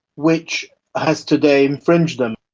which has today infringed them.